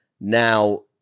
Now